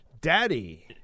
daddy